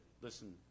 listen